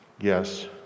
yes